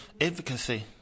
advocacy